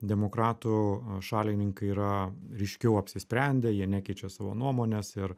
demokratų šalininkai yra ryškiau apsisprendę jie nekeičia savo nuomonės ir